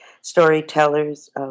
storytellers